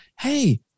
hey